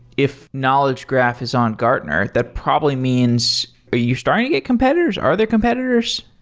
if knowledge graph is on gartner, that probably means you're starting to get competitors. are there competitors?